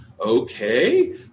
Okay